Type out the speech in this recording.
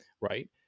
right